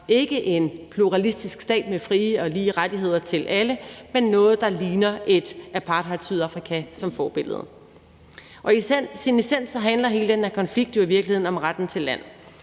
ikke en pluralistisk stat med frie og lige rettigheder til alle, men noget, der ligner et Apartheidsydafrika og har det som forbillede. I sin essens handler hele den her konflikt jo i virkeligheden om retten til land.